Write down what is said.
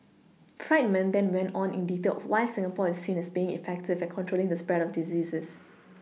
friedman then went on in detail of why Singapore is seen as being effective at controlling the spread of diseases